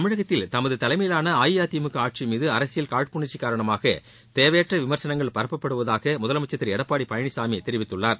தமிழகத்தில் தமது தலைமையிலான அஇஅதிமுக ஆட்சி மீது அரசியல் காழ்ப்புணர்ச்சி காரணமாக தேவையற்ற விமர்சனங்கள் பரப்பப்படுவதாக முதலமைச்சர் திரு எடப்பாடி பழனிசாமி தெரிவித்துள்ளார்